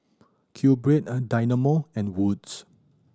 QBread Dynamo and Wood's